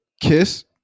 Kiss